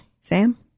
Sam